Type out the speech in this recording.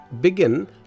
begin